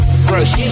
Fresh